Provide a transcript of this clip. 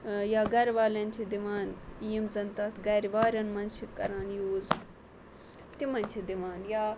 یا گَرٕ والین چھِ دِوان یِم زَن تَتھ گَرِ وارین مَنٛز چھِ کَران یوٗز تِمَن چھِ دِوان یا